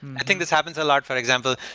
i think this happens a lot for example,